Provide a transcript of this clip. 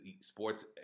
sports